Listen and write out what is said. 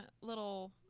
little